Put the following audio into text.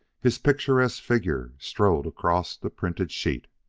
his picturesque figure strode across the printed sheet.